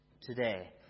today